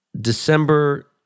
December